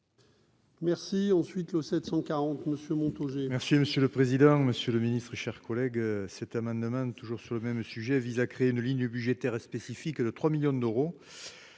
Merci, ensuite le 740 monsieur Montaugé. Merci monsieur le président, Monsieur le Ministre, chers collègues, cet amendement, toujours sur le même sujet, vise à créer une ligne budgétaire spécifique de 3 millions d'euros